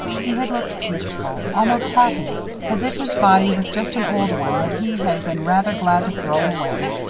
he had looked peaceful almost happy as if his body was just an old one that he had been rather glad to throw away.